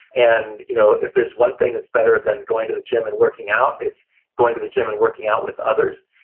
and you know, if there's one thing that's better than going to the gym and working out, it's going to the gym and working out with others,